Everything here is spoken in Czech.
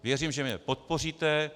Věřím, že mě podpoříte.